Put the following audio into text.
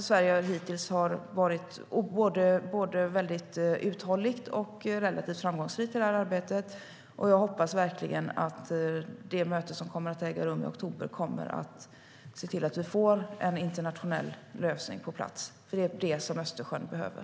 Sverige har hittills varit både uthålligt och relativt framgångsrikt i det här arbetet. Och jag hoppas verkligen att mötet som kommer att äga rum i oktober kommer att leda till att vi får en internationell lösning. Det är det som Östersjön behöver.